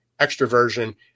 extroversion